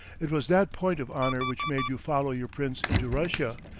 it was that point of honor which made you follow your prince into russia,